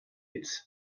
its